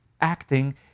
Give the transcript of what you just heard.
acting